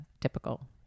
typical